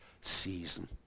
season